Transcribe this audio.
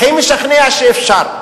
הכי משכנע שאפשר: